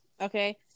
okay